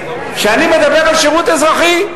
שאני מדבר על שירות אזרחי.